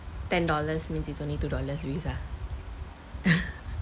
ten dollars means it's only two dollars risk lah